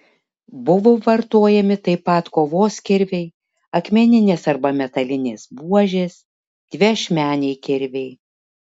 buvo vartojami taip pat kovos kirviai akmeninės arba metalinės buožės dviašmeniai kirviai